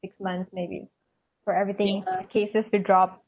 six months maybe for everything cases to drop